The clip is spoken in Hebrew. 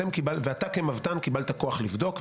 ואתה כמבת"ן קיבלת כוח לבדוק,